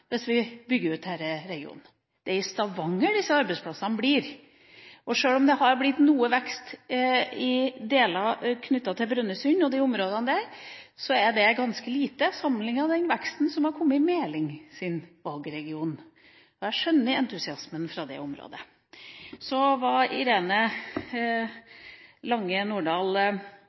hvis vi bygger ut denne regionen. Det er i Stavanger disse arbeidsplassene kommer. Sjøl om det har blitt noe vekst i områder knyttet til og rundt Brønnøysund, er dette ganske lite sammenlignet med den veksten som har kommet i representanten Melings valgregion. Jeg skjønner entusiasmen fra det området. Irene Lange